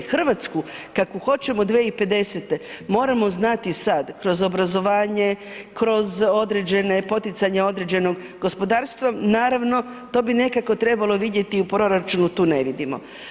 Hrvatsku kakvu hoćemo 2050. moramo znati sad kroz obrazovanje, kroz određene, poticanja određenog gospodarstva, naravno to bi nekako trebalo vidjeti u proračunu tu ne vidimo.